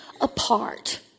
apart